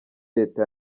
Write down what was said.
leta